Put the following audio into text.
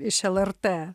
iš lrt